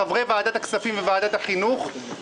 חברי ועדת הכספים וועדת החינוך,